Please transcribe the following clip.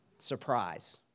surprise